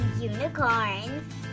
unicorns